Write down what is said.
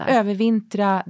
övervintra